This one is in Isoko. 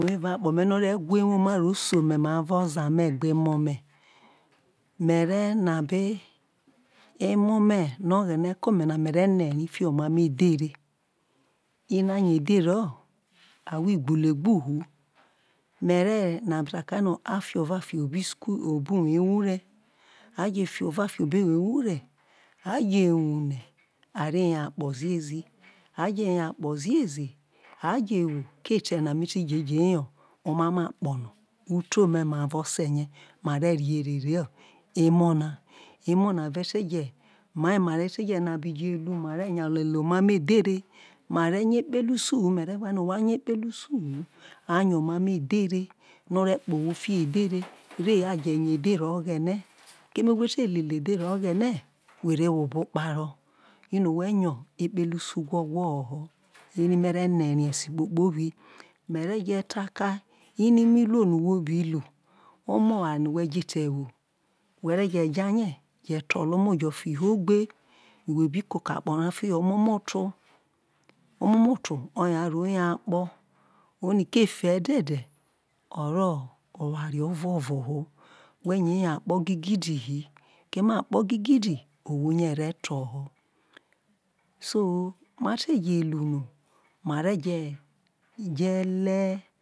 evao akpo me̱ no̱ re̱ gwa ewonia ro so me̱ nia aro o̱za me̱ gbe emo me̱ kpobi ine re na be emo me̱ re̱ ne̱ ri fiho omamo edhere ino aya edhere o̱ awho igbulegbu hu me̱re̱ na be takai no a fi ova fiho̱ obo iskulu a fi ova fiho̱ obo̱ uwo ewure̱ a jefi ova fi obo̱ uwo ewure a je wure a ve yekpo̱ ziezi aje ye akpo ziezi a je wo ke e te̱ na me ti je yo omamo akpo̱ no̱ u te ome ma vo̱ o̱se̱ rie ma re ria erere o̱ emo na emo na te je̱ mia ma re te je lu mare̱ nya lele omamo edhere ma re nya ekpele usuhu me̱re̱ ria no̱ wha nya ekpele usuhu wha nya emamo̱ edhere no̱ ore kpo owho fihọ edhere o̱ghene re a je nya edhere oghene keme who̱ te lele edhere oghene were wo obokparo ino̱ nya ekpele usu gwo̱gwo̱ho̱ho. Eri mere ne̱ ri e̱si kpobi me̱ je̱ ta kia ino iruo no̱ we bi lu o̱mo̱ oware no̱ we̱ fi ye, je isukulu we̱ benya fi ero hi isukulu na keme isukulu na ho̱ ode̱ no thara no̱ whe̱ aro̱ emo gbe eya ra a ti ro yo omamo akpo̱ ri erere re je rie e te ze je to mai o̱se gbo̱ oni na ma je̱ e te̱ lu eme mare je̱ re erere uye mi no̱ mia wen so ere me̱ne ta kia evao esikpobi ino usuyoma uwomaha we̱ ya no̱ were hi lele awho esai nya yi vovo ekpele oware nọ a bi vovo na na ha keme ikpele eware na ibi fi awho ho ekpele akpo we vovo ho we nya we̱ wo̱ uresa ha nya lele o̱ edhere o̱ghene keme wo̱ te̱ nya lele edhere o̱ghe̱ne̱ we re wo eghale evao e̱si kpobi so wo̱ ke̱ no̱ ma no̱ usu akpo̱